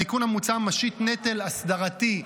התיקון המוצע משית נטל אסדרתי,